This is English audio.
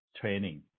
training